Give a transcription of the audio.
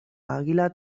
àguila